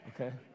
Okay